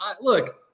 look